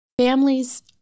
Families